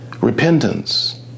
repentance